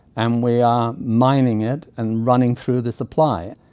and we are mining it and running through the supply.